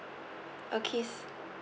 okay